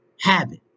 habit